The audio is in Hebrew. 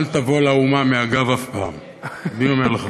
אל תבוא לאומה מהגב אף פעם, אני אומר לך.